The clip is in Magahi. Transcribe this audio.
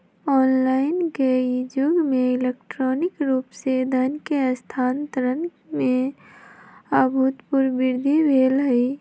ऑनलाइन के इ जुग में इलेक्ट्रॉनिक रूप से धन के स्थानान्तरण में अभूतपूर्व वृद्धि भेल हइ